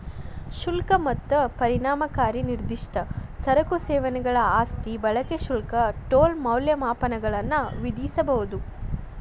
ಶುಲ್ಕ ಮತ್ತ ಪರಿಣಾಮಕಾರಿ ನಿರ್ದಿಷ್ಟ ಸರಕು ಸೇವೆಗಳ ಆಸ್ತಿ ಬಳಕೆ ಶುಲ್ಕ ಟೋಲ್ ಮೌಲ್ಯಮಾಪನಗಳನ್ನ ವಿಧಿಸಬೊದ